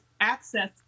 access